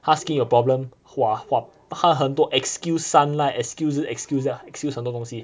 他 skin 有 problem !wah! what 他很都 excuse sunlight excuse excuse excuse 很多东西